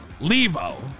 Levo